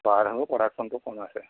বৰা ধানৰো প্ৰডাকচনটো কম আছে